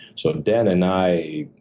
so dan and i,